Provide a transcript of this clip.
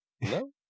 No